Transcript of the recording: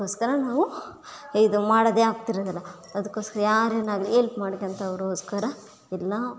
ಅದಕ್ಕೋಸ್ಕರ ನಾವು ಇದು ಮಾಡೋದೆ ಆಗ್ತಿರೋದಿಲ್ಲ ಅದಕ್ಕೋಸ್ಕರ ಯಾರೇನು ಆಗಲಿ ಎಲ್ಪ್ ಮಾಡ್ಕೊಳ್ತ ಅವ್ರಿಗೋಸ್ಕರ ಎಲ್ಲ